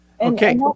okay